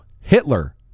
Hitler